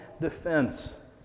defense